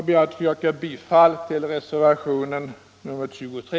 Jag ber att få yrka bifall till reservationen 23.